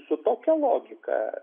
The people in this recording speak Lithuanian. su tokia logika